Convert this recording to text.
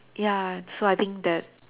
ya so I think that